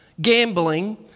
gambling